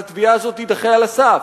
התביעה הזאת תידחה על הסף,